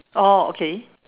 oh okay